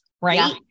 right